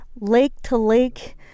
lake-to-lake